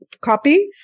copy